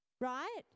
right